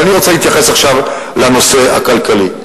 אבל אני רוצה להתייחס עכשיו לנושא הכלכלי.